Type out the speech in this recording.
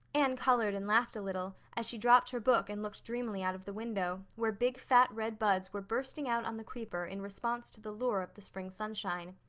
anne colored and laughed a little, as she dropped her book and looked dreamily out of the window, where big fat red buds were bursting out on the creeper in response to the lure of the spring sunshine.